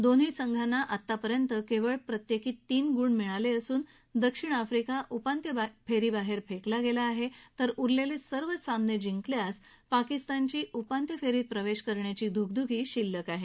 दोन्ही संघांना आतापर्यंत केवळ प्रत्येकी तीन गुण मिळाले असून दक्षिण आफ्रीका उपांत्यफेरीबाहेर फेकला गेला आहे तर उरलेले सर्व चार सामने जिंकल्यास पाकिस्तानची उपांत्यफेरीत प्रवेश करण्याची धुगधुगी शिल्लक आहे